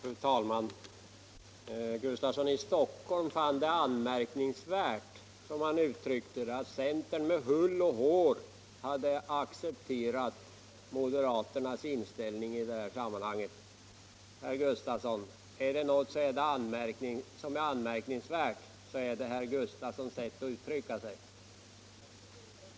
Fru talman! Herr Gustafsson i Stockholm fann det anmärkningsvärt, som han uttryckte sig, att centern med hull och hår hade accepterat moderaternas inställning i det här sammanhanget. Herr Gustafsson! Är det någonting som är anmärkningsvärt, så är det herr Gustafssons sätt att uttrycka sig.